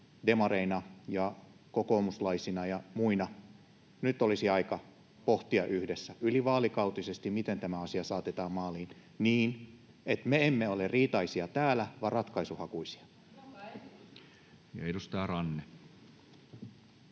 demareina ja kokoomuslaisina ja muina, olisi aika pohtia yhdessä, yli vaalikautisesti, miten tämä asia saatetaan maaliin niin, että me emme ole täällä riitaisia vaan ratkaisuhakuisia. [Leena Meri: